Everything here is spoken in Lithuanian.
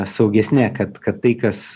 saugesne kad kad tai kas